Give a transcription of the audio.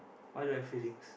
why do I have free things